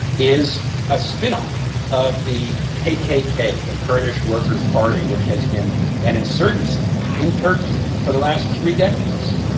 is a spinoff of the kkk, the kurdish workers party, which has been an insurgency in turkey for the last three decades.